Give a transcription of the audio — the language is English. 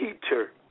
Peter